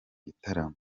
gitaramo